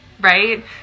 right